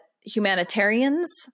humanitarians